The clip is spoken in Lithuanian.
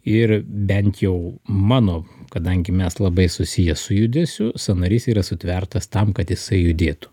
ir bent jau mano kadangi mes labai susiję su judesiu sąnarys yra sutvertas tam kad jisai judėtų